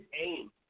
aim